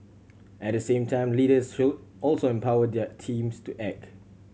at the same time leaders should also empower their teams to act